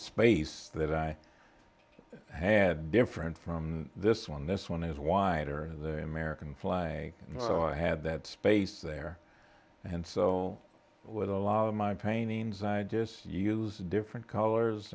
space that i had different from this one this one is wider and the american flag so i had that space there and so with a lot of my paintings i just use different colors